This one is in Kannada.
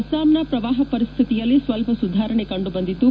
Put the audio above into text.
ಅಸ್ಲಾಂನ ಪ್ರವಾಪ ಪರಿಸ್ಥಿತಿಯಲ್ಲಿ ಸ್ವಲ್ಪ ಸುಧಾರಣೆ ಕಂಡುಬಂದಿದ್ದು